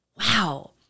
wow